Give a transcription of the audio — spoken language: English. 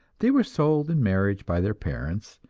they were sold in marriage by their parents,